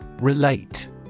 Relate